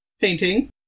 painting